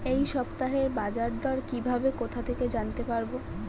এই সপ্তাহের বাজারদর কিভাবে কোথা থেকে জানতে পারবো?